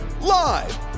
Live